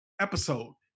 episode